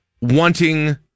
wanting